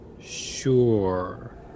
Sure